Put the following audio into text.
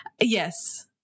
yes